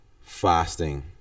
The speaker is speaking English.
fasting